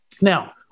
Now